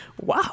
wow